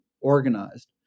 organized